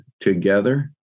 together